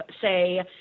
say